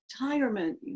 retirement